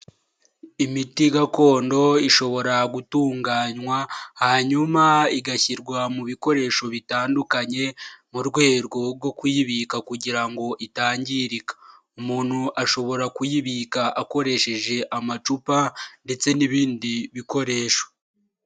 Imiti gakondo ishobora gutunganywa hanyuma igashyirwa mu bikoresho bitandukanye, mu rwego rwo kuyibika kugira ngo itangirika, umuntu ashobora kuyibika akoresheje amacupa ndetse n'ibindi bikoresho.